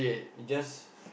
is just